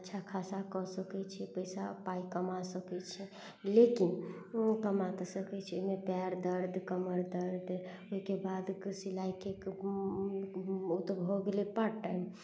अच्छा खासा कऽ सकैत छै पैसा पाइ कमा सकैत छै लेकिन कमा तऽ सकैत छै ओहिमे पएर दर्द कमर दर्द ओहिके बाद सिलाइ ओ तऽ भऽ गेलै पार्ट टाइम